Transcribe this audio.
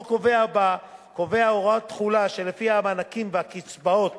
החוק קובע הוראת תחולה שלפיה המענקים והקצבאות